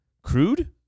crude